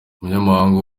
umunyamabanga